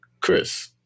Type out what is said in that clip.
Chris